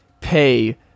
pay